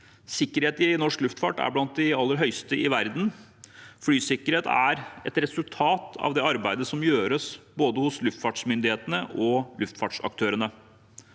Sikkerheten i norsk luftfart er blant den aller høyeste i verden. Flysikkerhet er et resultat av det arbeidet som gjøres hos både luftfartsmyndighetene og luftfartsaktørene.